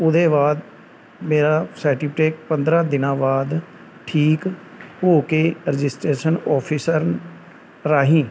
ਉਹਦੇ ਬਾਅਦ ਮੇਰਾ ਸਰਟੀਫਿਟੇਕ ਪੰਦਰ੍ਹਾਂ ਦਿਨਾਂ ਬਾਅਦ ਠੀਕ ਹੋ ਕੇ ਰਜਿਸਟਰੇਸ਼ਨ ਔਫਿਸਰ ਰਾਹੀਂ